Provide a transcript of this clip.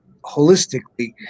holistically